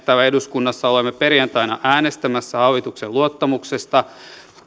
täällä eduskunnassa olemme perjantaina äänestämässä hallituksen luottamuksesta